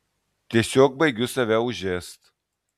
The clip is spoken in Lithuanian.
tiesiog baigiu save užėst